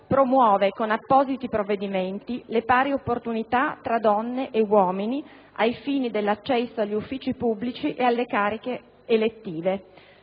promuove con appositi provvedimenti le pari opportunità tra donne e uomini ai fini dell'accesso agli uffici pubblici e alle cariche elettive.